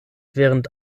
während